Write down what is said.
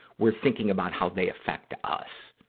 we're thinking about how they affect us.